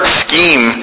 scheme